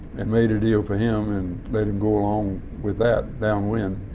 and made a deal for him and let him go on with that down wind,